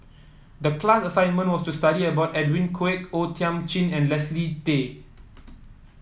the class assignment was to study about Edwin Koek O Thiam Chin and Leslie Tay